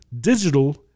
digital